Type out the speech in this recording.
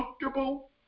comfortable